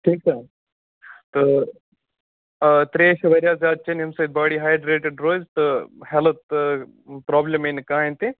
ٹھیٖک چھا تہٕ ترٛیش چھِ واریاہ زیادٕ چیٚنۍ ییٚمہِ سۭتۍ باڈی ہایڈرٛیٹٕڈ روزِ تہٕ ہٮ۪لٕتھ پرٛابلِم ییہِ نہٕ کَٕہٲنۍ تہِ